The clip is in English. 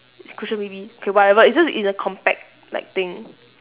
cushion B_B okay whatever it's just it's a compact like thing